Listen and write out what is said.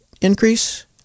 increase